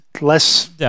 less